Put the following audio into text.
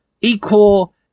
equal